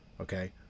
okay